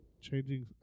changing